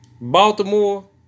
Baltimore